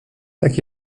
tak